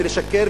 לשקר,